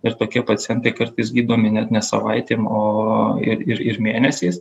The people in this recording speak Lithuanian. ir tokie pacientai kartais gydomi net ne savaitėm o ir ir ir mėnesiais